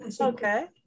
okay